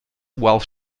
while